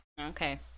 Okay